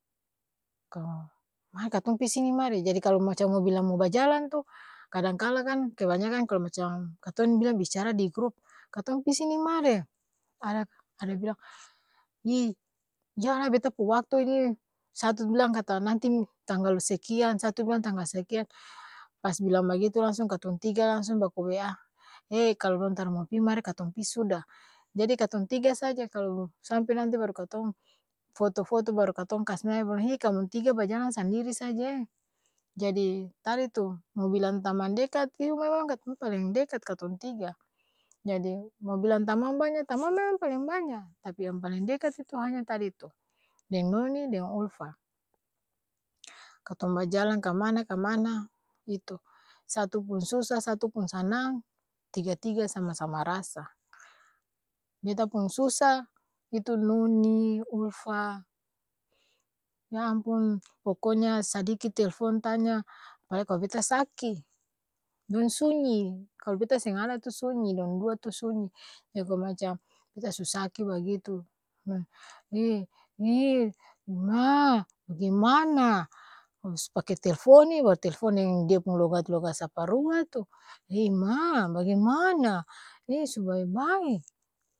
mari katong pi sini mari jadi kalo macam mo bilang mo bajalan tu kadang kala kan kebanyakan kalo macam katong ni bilang bicara di grup katong pi sini mari! Ada ada bilang i jang lai beta pung waktu ni satu bilang kata nanti tanggal sekian satu bilang tanggal sekian pas bilang bagitu langsung katong tiga langsung baku wa he kalo dong tar mo pi mari katong pi suda, jadi katong tiga saja kalo sampe nanti baru katong foto-foto baru katong kas nae baru hi kamong tiga bajalang sandiri saja e jadi tadi tu mau bilagn tamang dekat iyo memang katong paleng dekat katong tiga, jadi mau bilang tamang banya tamang memang paleng banya, tapi yang paleng itu hanya tadi tu, deng noni deng ulfa, katong bajalang kamana-kamana itu satu pung susah satu pung sanang tiga-tiga sama-sama rasa, beta pung susa itu noni, ulfa, ya ampung pokonya sadiki telfon tanya padahal kalo beta saki, dong sunyi kalo beta seng ada tu sunyi dong dua tu sunyi, jadi kalo macam beta su saki bagitu dimana? Su pake telfon ini baru telfon deng dia pung logat-logat saparua tu he ma bagemana? He su bae-bae?.